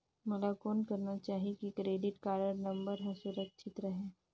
मोला कौन करना चाही की क्रेडिट कारड नम्बर हर सुरक्षित रहे?